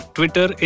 Twitter